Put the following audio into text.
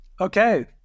Okay